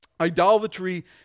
Idolatry